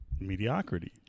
Mediocrity